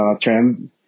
trend